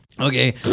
Okay